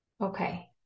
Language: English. Okay